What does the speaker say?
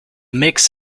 mix